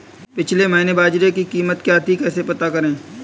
पिछले महीने बाजरे की कीमत क्या थी कैसे पता करें?